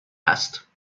است